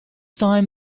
time